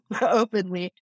openly